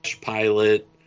pilot